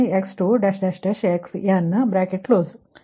xn yn fn x1 x2